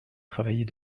travailler